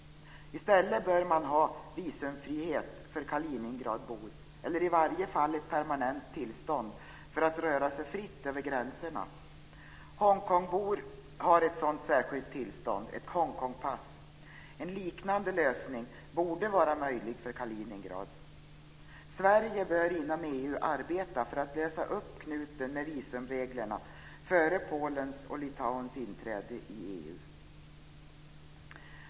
I stället bör man ha visumfrihet för kaliningradbor eller i varje fall ett permanent tillstånd att röra sig fritt över gränserna. Hongkongbor har ett sådant särskilt tillstånd, ett Hongkongpass. En liknande lösning borde vara möjlig för Kaliningrad. Sverige bör inom EU arbeta för att lösa upp knuten med visumreglerna före Polens och Litauens inträde i EU.